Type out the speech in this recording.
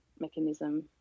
mechanism